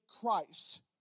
Christ